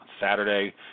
Saturday